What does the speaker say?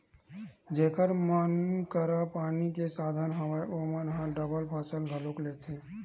जेखर मन करा पानी के साधन हवय ओमन ह डबल फसल घलोक लेथे